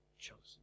Chosen